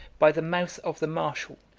by the mouth of the marshal,